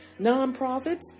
Nonprofits